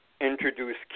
Introduce